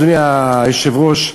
אדוני היושב-ראש,